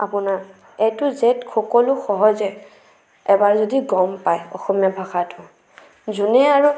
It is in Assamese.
আপোনাৰ এ টু জেড সকলো সহজে এবাৰ যদি গম পায় অসমীয়া ভাষাটো যোনে আৰু